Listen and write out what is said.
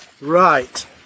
right